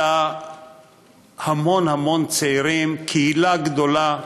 אלא המון המון צעירים, קהילה גדולה,